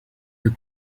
your